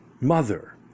Mother